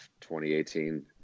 2018